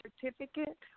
certificate